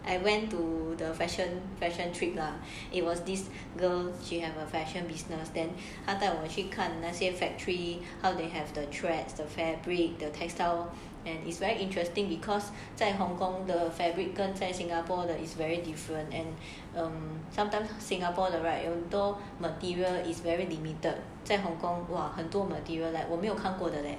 I went to the fashion fashion trip lah it was this girl she have a fashion business then 他带我去看看那些 factory how they have the thread the fabric the textile and it's very interesting because 在 hong-kong the fabric 跟在 singapore is very different and sometimes singapore the right ya though material is very limited 在 hong-kong !wah! 很多 material like 我没有看过的 leh